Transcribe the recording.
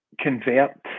convert